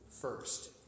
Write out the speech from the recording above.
first